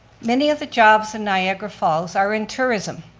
many of the jobs in niagara falls are in tourism.